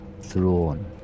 throne